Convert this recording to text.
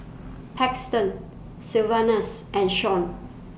Paxton Sylvanus and Shaun